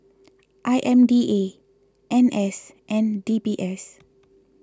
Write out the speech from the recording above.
I M D A N S and D B S